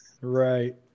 Right